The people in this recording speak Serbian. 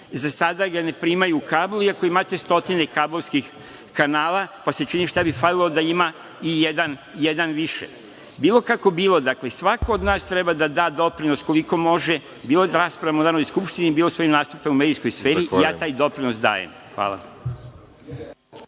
za sada ga ne primaju u kabl, iako imate stotinu kablovskih kanala, pa se čini šta bi falilo da ima i jedan više. Bilo kako bilo, dakle svako od nas treba da da doprinos koliko može, bilo da raspravljamo o Narodnoj skupštini, bilo sa kojim aspektom o medijskoj sferi, ja taj doprinos dajem. Hvala.